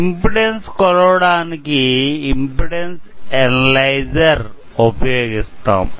impedance కొలవడానికి impedance analyser ఉపయోగిస్తాము